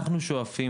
אנחנו שואפים,